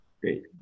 Great